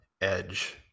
edge